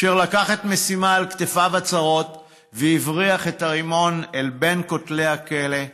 אשר לקח את המשימה על כתפיו הצרות והבריח את הרימון אל בין כותלי הכלא,